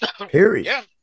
period